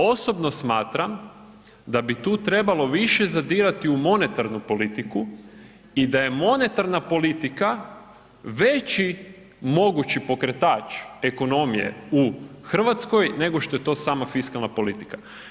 Osobno smatram da bi tu trebalo više zadirati u monetarnu politiku i da je monetarna politika veći mogući pokretač ekonomije u RH nego što je to sama fiskalna politika.